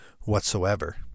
whatsoever